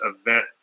event